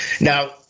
Now